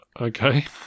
Okay